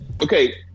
Okay